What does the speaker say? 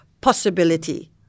possibility